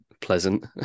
pleasant